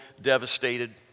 devastated